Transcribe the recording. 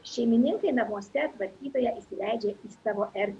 šeimininkai namuose tvarkytoją įsileidžia į savo erdvę